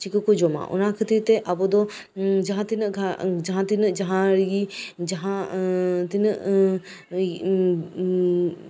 ᱪᱤᱠᱟᱹ ᱠᱚ ᱡᱚᱢᱟ ᱚᱱᱟ ᱠᱷᱟᱹᱛᱤᱨᱛᱮ ᱟᱵᱚ ᱫᱚ ᱡᱟᱸᱦᱟᱛᱤᱱᱟᱹᱜ ᱡᱟᱸᱦᱟᱨᱮᱜᱮ ᱡᱟᱸᱦᱟᱛᱤᱱᱟᱹᱜ